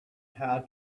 how